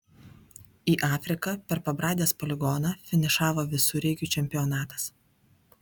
į afriką per pabradės poligoną finišavo visureigių čempionatas